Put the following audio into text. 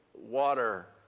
water